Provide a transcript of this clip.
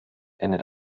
endet